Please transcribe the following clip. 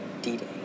D-Day